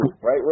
right